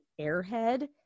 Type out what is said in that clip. airhead